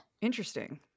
interesting